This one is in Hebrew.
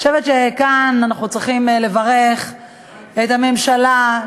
אני חושבת שכאן אנחנו צריכים לברך את הממשלה,